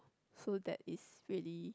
so that is really